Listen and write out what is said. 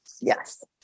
Yes